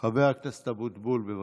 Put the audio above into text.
חבר הכנסת אבוטבול, בבקשה.